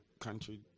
country